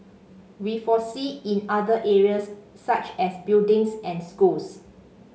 we foresee in other areas such as buildings and schools